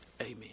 Amen